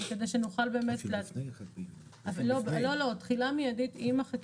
כדי שנוכל --- לא, לא תחילה מידית עם החקיקה.